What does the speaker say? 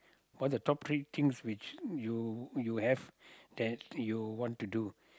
what's your top three things which you you have that you want to do